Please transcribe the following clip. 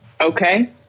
Okay